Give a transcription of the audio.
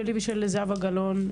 שלי ושל זהבה גלאון,